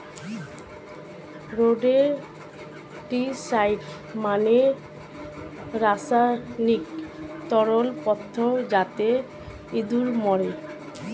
rodenticide মানে রাসায়নিক তরল পদার্থ যাতে ইঁদুর মরে